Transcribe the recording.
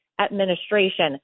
administration